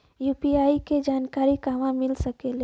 UPI के जानकारी कहवा मिल सकेले?